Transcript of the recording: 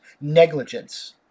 Negligence